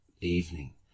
evening